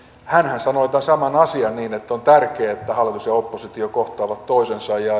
hänhän sanoi tämän saman asian niin että on tärkeätä että hallitus ja oppositio kohtaavat toisensa ja